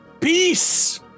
Peace